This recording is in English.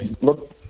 look